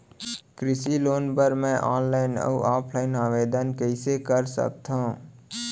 कृषि लोन बर मैं ऑनलाइन अऊ ऑफलाइन आवेदन कइसे कर सकथव?